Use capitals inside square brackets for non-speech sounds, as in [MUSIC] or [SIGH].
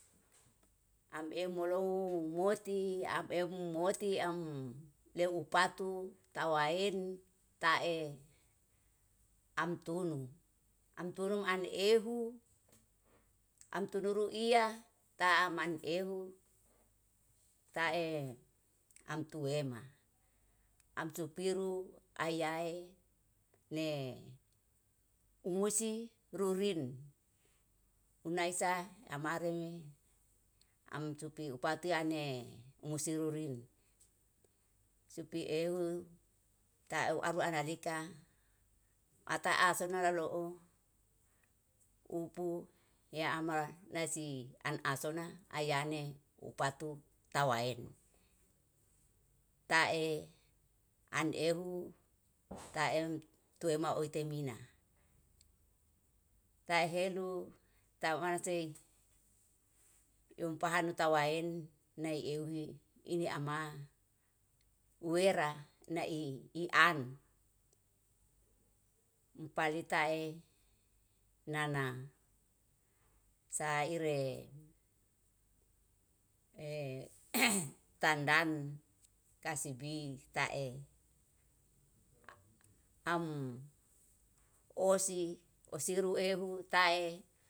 Amemu lou moti amemu moti amleu patu tawaen tae amtun, amtunu an ehu amtunu ruia taaman ehu tae amtuema. Amtupiru aiyae ne umusi rurin unaesa amarume amtupiupate iane usirurili, supi euw tau aru analika ata ahsona nalou upu yamar nasi an ahsona ayane upatu tawaen. Tae anehu taem tua maoi temina. sahelu tawamanasi unpahan hutawaen nai ehui ini ama uwera nai ian upalitae nana saeire e [NOISE] tandan kasibi tae, am ohsi ohsiru ehu tae.